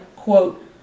Quote